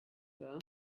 her